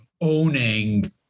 owning